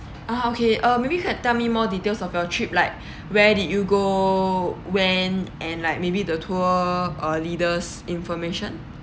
ah okay uh maybe you can tell me more details of your trip like where did you go when and like maybe the tour or leaders information